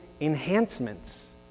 enhancements